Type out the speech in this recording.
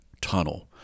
tunnel